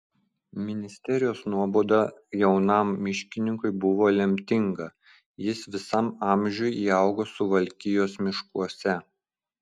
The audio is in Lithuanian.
ministerijos nuobauda jaunam miškininkui buvo lemtinga jis visam amžiui įaugo suvalkijos miškuose